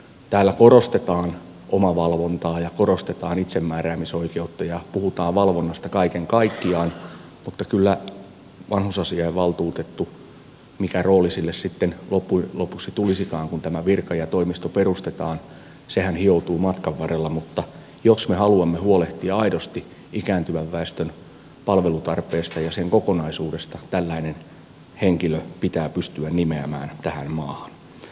täällä korostetaan omavalvontaa ja korostetaan itsemääräämisoikeutta ja puhutaan valvonnasta kaiken kaikkiaan mutta kyllä vanhusasiavaltuutettu mikä rooli sille sitten loppujen lopuksi tulisikaan kun tämä virka ja toimisto perustetaan sehän hioutuu matkan varrella jos me haluamme huolehtia aidosti ikääntyvän väestön palvelutarpeesta ja sen kokonaisuudesta tällainen henkilö pitää pystyä nimeämään tähän maahan